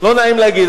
לא נעים להגיד,